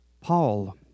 Paul